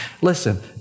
listen